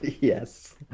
Yes